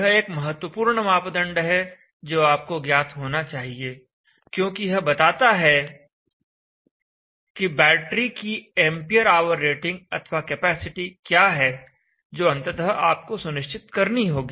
यह एक महत्वपूर्ण मापदंड है जो आपको ज्ञात होना चाहिए क्योंकि यह बताता है की बैटरी की एंपियर आवर रेटिंग अथवा कैपेसिटी क्या है जो अंततः आपको सुनिश्चित करनी होगी